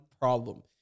problem